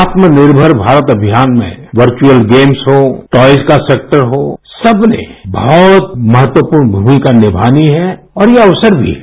आत्मनिर्भर भारत अभियान में वर्चुअल गेम्स हों टॉयज का सेक्टर हो सबने बहुत महत्वपूर्ण भूमिका निमानी है और ये अवसर भी है